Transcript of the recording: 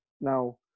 now